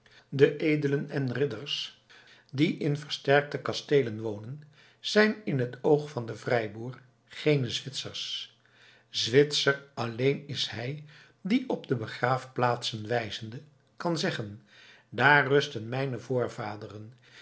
de edelen en ridders die in versterkte kasteelen wonen zijn in het oog van den vrijboer geene zwitsers zwitser alleen is hij die op de begraafplaatsen wijzende kan zeggen daar rusten mijne voorvaderen